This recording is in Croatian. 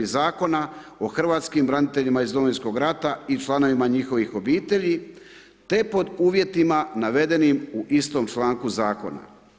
Zakona o hrvatskim braniteljima iz Domovinskog rata i članovima njihovih obitelji te pod uvjetima navedenih u istom članku zakona.